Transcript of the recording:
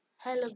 Hello